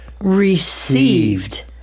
received